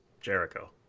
jericho